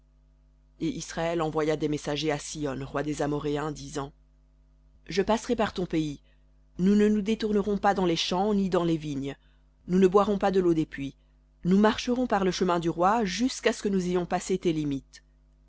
et israël envoya des messagers à sihon roi des amoréens disant je passerai par ton pays nous ne nous détournerons pas dans les champs ni dans les vignes nous ne boirons pas de l'eau des puits nous marcherons par le chemin du roi jusqu'à ce que nous ayons passé tes limites